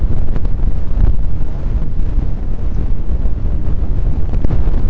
मुझे भंडार घर के लिए बंगाल से जूट की बोरी मंगानी पड़ी